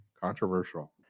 controversial